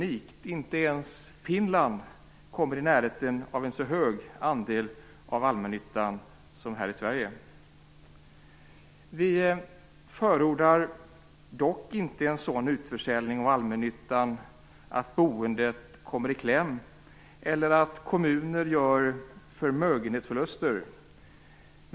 Inte ens Finland kommer i närheten av en så hög andel av allmännytta som vi har här i Sverige. Vi förordar dock inte en sådan utförsäljning av allmännyttan att boendet kommer i kläm eller att kommuner gör förmögenhetsförluster.